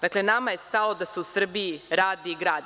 Dakle, nama je stalo da se u Srbiji radi i gradi.